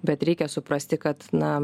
bet reikia suprasti kad na